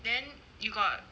then you got